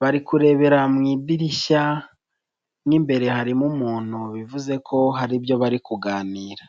bari kurebera mu idirishya n'imbere harimo umuntu bivuze ko hari ibyo bari kuganira.